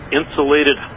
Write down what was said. insulated